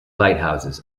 lighthouses